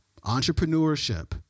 Entrepreneurship